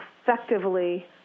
effectively